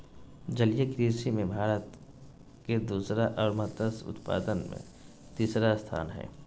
जलीय कृषि में भारत के दूसरा और मत्स्य उत्पादन में तीसरा स्थान हइ